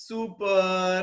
Super